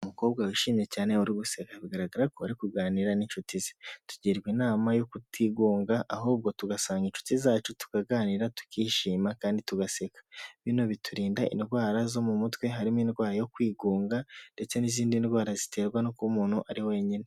Umukobwa wishimye cyane uri guseka bigaragara ko ari kuganira n'inshuti ze; tugirwa inama yo kutigunga ahubwo tugasanga inshuti zacu tukaganira, tukishima kandi tugaseka; bino biturinda indwara zo mu mutwe harimo indwara yo kwigunga ndetse n'izindi ndwara ziterwa no kuba umuntu ari wenyine.